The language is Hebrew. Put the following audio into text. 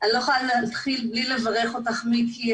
אני לא יכולה להתחיל בלי לברך אותך מיקי,